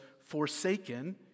forsaken